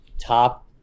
top